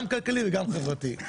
גם כלכלי וגם חברתי.